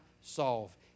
solve